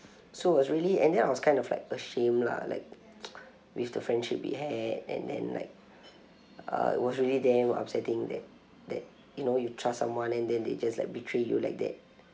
so I was really and then I was kind of like ashamed lah like with the friendship we had and then like uh it was really damn upsetting that that you know you trust someone and then they just like betray you like that